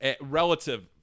relative